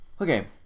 okay